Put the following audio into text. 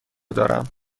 دارم